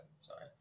sorry